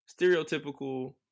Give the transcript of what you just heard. stereotypical